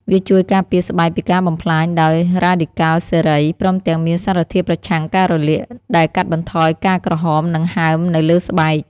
វាជួយការពារស្បែកពីការបំផ្លាញដោយរ៉ាឌីកាល់សេរី ព្រមទាំងមានសារធាតុប្រឆាំងការរលាក ដែលកាត់បន្ថយការក្រហម និងហើមនៅលើស្បែក។